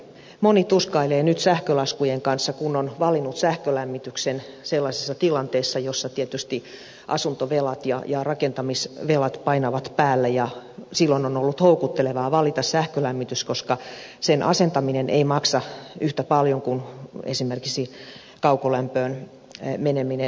moni tuskailee nyt sähkölaskujen kanssa kun on valinnut sähkölämmityksen sellaisessa tilanteessa jossa tietysti asuntovelat ja rakentamisvelat painavat päälle ja silloin on ollut houkuttelevaa valita sähkölämmitys koska sen asentaminen ei maksa yhtä paljon kuin esimerkiksi kaukolämpöön meneminen